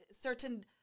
certain